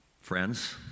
Friends